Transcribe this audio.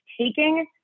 taking